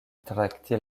trakti